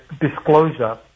disclosure